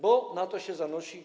Bo na to się zanosi.